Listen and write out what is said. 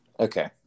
Okay